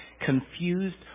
confused